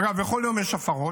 אגב, בכל יום יש הפרות.